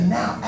now